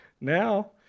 now